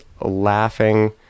laughing